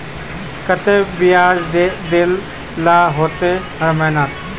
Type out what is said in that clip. केते बियाज देल ला होते हर महीने?